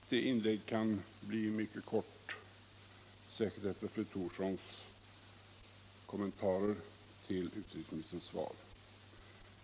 Herr talman! Mitt inlägg kan bli mycket kort, särskilt efter fru Thorssons kommentarer till utrikesministerns svar.